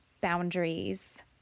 boundaries